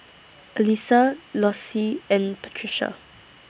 Alysa Lossie and Patrica